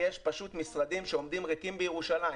יש פשוט משרדים שעומדים ריקים בירושלים.